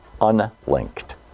unlinked